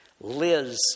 Liz